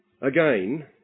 again